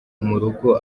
murugo